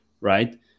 right